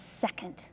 second